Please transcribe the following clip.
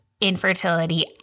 infertility